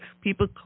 people